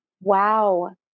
wow